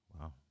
Wow